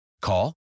Call